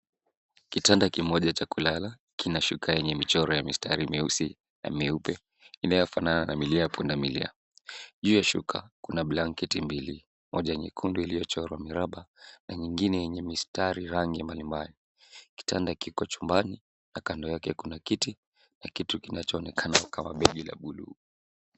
Kitanda kimoja ya kulala kina shuka yenye michoro ya mistari meusi na meupe inayofanana na milia ya punda milia. Juu ya shuka kuna blanketi mbili, moja nyekundu iliyochora miraba na nyingine yenye mistari rangi ya mbalimbali. Kitanda kiko chumbani na kando yake kuna kiti na kitu kinachoonekana kama begi la buluu.